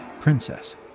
Princess